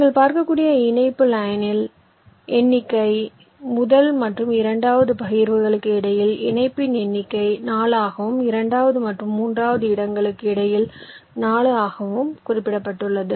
நீங்கள் பார்க்கக்கூடிய இணைப்பு லைனில் எண்ணிக்கை முதல் மற்றும் இரண்டாவது பகிர்வுகளுக்கு இடையில் இணைப்பின் எண்ணிக்கை 4 ஆகவும் இரண்டாவது மற்றும் மூன்றாவது இடங்களுக்கு இடையில் 4 ஆகவும் குறிப்பிடப்பட்டுள்ளது